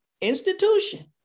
institution